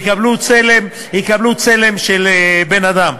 והם יקבלו צלם של בן-אדם.